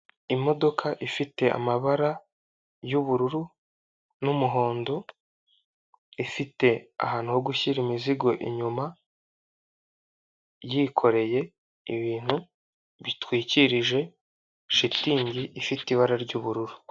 Imodoka ifite amabara y'ubururu n'umuhondo ifite ahantu ho gushyira imizigo inyuma, irikoreye ibintu bitwikirije ishitingi ifite ibara ry'ubururu.